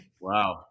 Wow